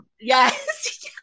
yes